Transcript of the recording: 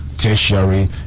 tertiary